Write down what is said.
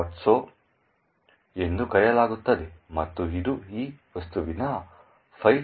so ಎಂದು ಕರೆಯಲಾಗುತ್ತದೆ ಮತ್ತು ಇದು ಈ ವಸ್ತುವಿನ ಫೈಲ್ mylib